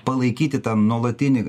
palaikyti tą nuolatinį